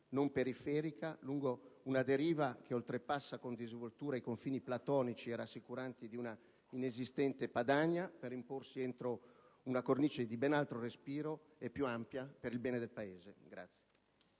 non periferica, lungo una deriva che oltrepassa con disinvoltura i confini platonici e rassicuranti di una inesistente Padania, per imporsi entro una cornice di ben altro respiro e più ampia per il bene del Paese.